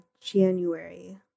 January